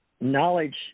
knowledge